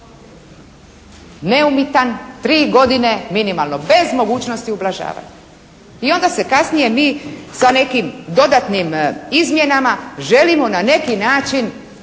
neumitan, tri godine minimalnog bez mogućnosti ublažavanja i onda se kasnije mi sa nekim dodatnim izmjenama želimo na neki način